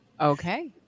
okay